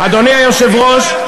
אדוני היושב-ראש,